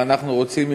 אם אנחנו רוצים,